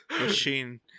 Machine